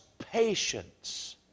patience